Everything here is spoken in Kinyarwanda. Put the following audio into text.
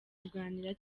kuganira